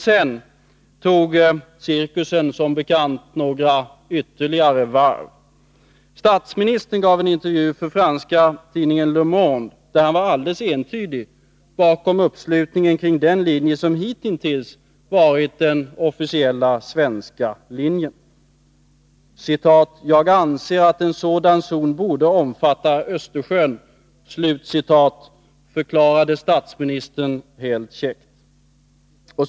Sedan tog cirkusen som bekant några ytterligare varv. Statsministern gav en intervju för den franska tidningen Le Monde där han alldeles entydigt slöt upp bakom den linje som hitintills varit den officiella svenska. ”Jag anser att en sådan zon borde omfatta Östersjön”, förklarade statsministern helt käckt.